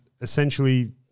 essentially